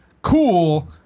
Cool